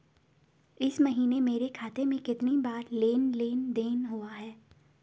इस महीने मेरे खाते में कितनी बार लेन लेन देन हुआ है?